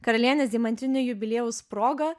karalienės deimantinio jubiliejaus proga